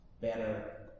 better